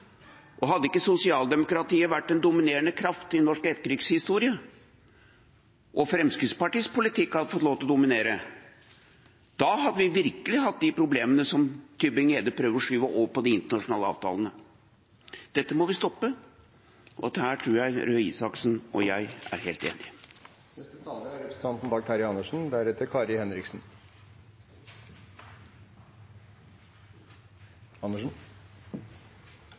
problemene. Hadde ikke sosialdemokratiet vært den dominerende kraft i norsk etterkrigshistorie, og Fremskrittspartiets politikk hadde fått lov til å dominere, da hadde vi virkelig hatt de problemene som Tybring-Gjedde prøver å skyve over på de internasjonale avtalene. Dette må vi stoppe, og her tror jeg Røe Isaksen og jeg er helt enige. Når vi nå nærmer oss slutten på den siste debatten om det siste budsjettet i denne stortingsperioden, mener jeg det er